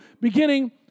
beginning